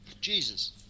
Jesus